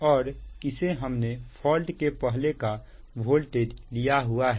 और इसे हमने फॉल्ट के पहले का वोल्टेज लिया हुआ है